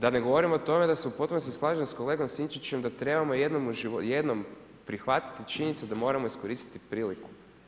Da ne govorim o tome da se u potpunosti slažem s kolegom Sinčićem, da trebamo jednom prihvatiti činjenicu da moramo iskoristiti priliku.